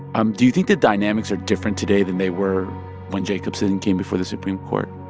um do you think the dynamics are different today than they were when jacobson came before the supreme court?